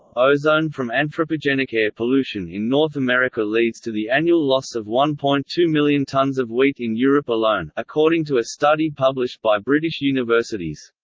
ozone from anthropogenic air pollution in north america leads to the annual loss of one point two million tonnes of wheat in europe alone, according to a study published by british universities.